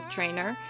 Trainer